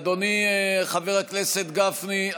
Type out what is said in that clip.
אדוני חבר הכנסת גפני,